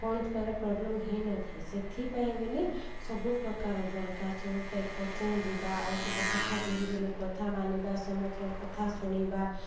କୌଣସି ପ୍ରକାର ପ୍ରୋବ୍ଲେମ ହେଇନଥାଏ ସେଥିପାଇଁ ବ ବୋଲି ସବୁ ପ୍ରକାର ଦରକାର ସବୁ ପାଇଁ କୋଚିଙ୍ଗ ଯିବା ଆଉ ସବୁ କଥା ଗୁରୁଜନ କଥା ମାନିବା ସମସ୍ତ୍ରଙ୍କ କଥା ଶୁଣିବା